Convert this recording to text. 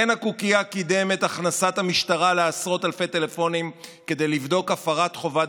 קן הקוקייה קידם את הכנסת המשטרה לעשרות אלפי טלפונים כדי לבדוק הפרת חובת